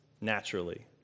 naturally